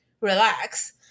relax